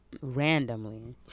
randomly